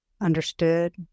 understood